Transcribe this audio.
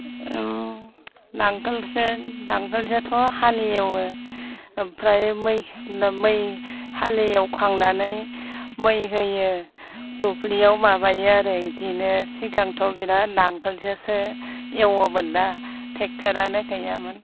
नांगोलजों नांगालजोंथ' हालेवो ओमफ्राय मै हालेवखांनानै मै होयो दुब्लियाव माबायो आरो बिदिनो सिगांथ' बिराद नांगोलजोंसो एवोमोनना टेक्ट'रानो गैयामोन